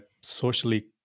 socially